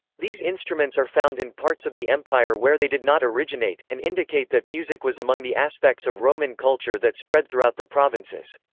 these instruments are found in parts of the empire where they did not originate, and indicate that music was among the aspects of roman culture that spread throughout the provinces.